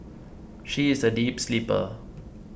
she is a deep sleeper